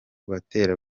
butabera